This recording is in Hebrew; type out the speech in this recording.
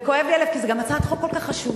וכואב לי הלב, כי זאת גם הצעת חוק כל כך חשובה.